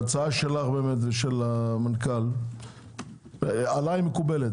ההצעה שלך ושל המנכ"ל מקובלת עליי,